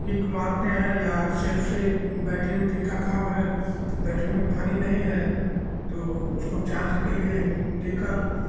kick मारते हैं या सेल्फ से बैटरी ओटरी का काम है बैटरी में पानी नहीं है तो उसको चार्ज के लिए देकर